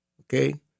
Okay